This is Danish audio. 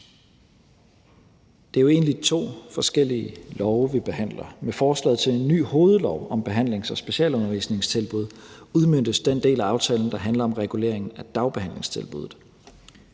Det er jo egentlig to forskellige lovforslag, vi behandler. Med forslaget til en ny hovedlov om behandlings- og specialundervisningstilbud udmøntes den del af aftalen, der handler om reguleringen af dagbehandlingstilbuddet.